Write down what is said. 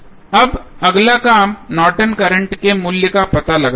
अब अगला काम नॉर्टन करंट Nortons current के मूल्य का पता लगाना है